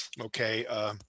okay